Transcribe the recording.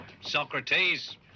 socrates